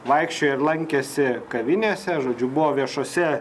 vaikščiojo ir lankėsi kavinėse žodžiu buvo viešose